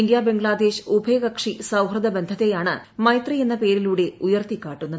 India Bangladesh ഉഭയകക്ഷി സൌഹൃദ ബന്ധത്തെയാണ് മൈത്രി എന്ന പേരിലൂടെ ഉയർത്തിക്കാട്ടുന്നത്